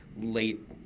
late